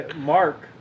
Mark